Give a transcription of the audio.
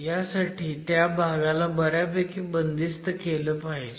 ह्यासाठी त्या भागाला बऱ्यापैकी बंदिस्त केलं पाहिजे